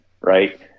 right